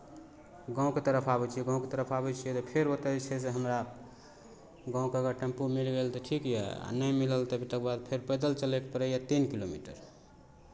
गाँवके तरफ आबै छियै गाँवके तरफ आबै छियै तऽ फेर ओतय जे छै से हमरा गाँवके अगर टेम्पू मिल गेल तऽ ठीक यए आ नहि मिलल तऽ तकर बाद पैदल चलयके पड़ैए तीन किलोमीटर